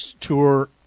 tour